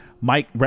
Mike